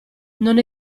non